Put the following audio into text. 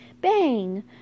Bang